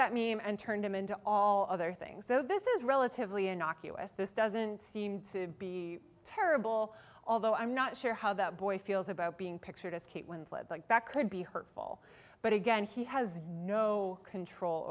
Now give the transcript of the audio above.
that mean and turned him into all other things so this is relatively innocuous this doesn't seem to be terrible although i'm not sure how that boy feels about being pictured as kate winslet but that could be hurtful but again he has no control